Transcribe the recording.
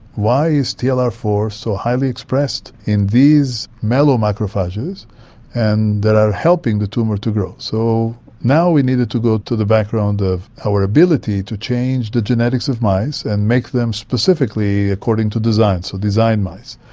why is t l r four so highly expressed in these mellow macrophages and that are helping the tumour to grow? so now we needed to go to the background of our ability to change the genetics of mice and make them specifically according to design, so designed mice.